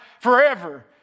forever